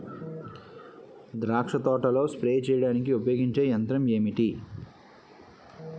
ద్రాక్ష తోటలో స్ప్రే చేయడానికి ఉపయోగించే యంత్రం ఎంటి?